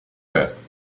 earth